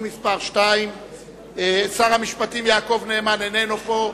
מס' 2). שר המשפטים יעקב נאמן איננו פה.